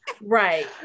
Right